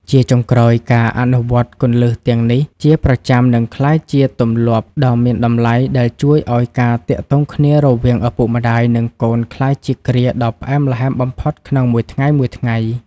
ជាចុងក្រោយ ការអនុវត្តគន្លឹះទាំងនេះជាប្រចាំនឹងក្លាយជាទម្លាប់ដ៏មានតម្លៃ ដែលជួយឱ្យការទាក់ទងគ្នារវាងឪពុកម្ដាយ និងកូនក្លាយជាគ្រាដ៏ផ្អែមល្ហែមបំផុតក្នុងមួយថ្ងៃៗ។